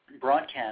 broadcast